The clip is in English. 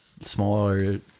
smaller